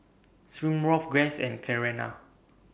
Smirnoff Guess and Carrera